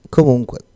Comunque